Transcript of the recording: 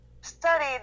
studied